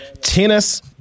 tennis